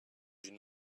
une